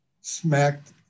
smacked